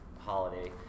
holiday